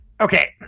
Okay